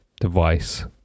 device